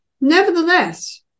Nevertheless